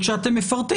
כאשר אתם מפרטים,